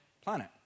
planet